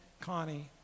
Connie